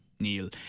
Neil